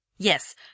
Yes